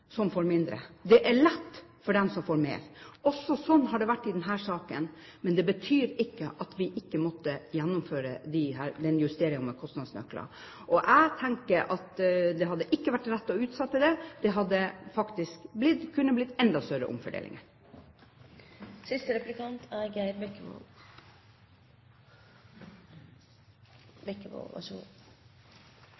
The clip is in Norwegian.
Det er lett for dem som får mer. Slik har det også vært i denne saken, men det betyr ikke at vi ikke måtte gjennomføre justeringen med kostnadsnøkler. Jeg tenker at det hadde ikke vært rett å utsette det, det hadde faktisk kunne blitt enda større omfordelinger. Krisesentrene har de siste 30 årene hatt en sentral plass i arbeidet med vold i nære relasjoner. Krisesentertilbudet er